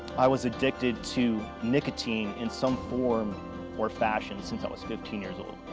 i was addicted to nicotine in some form or fashion since i was fifteen years old.